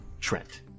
Trent